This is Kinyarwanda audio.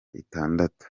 itandatu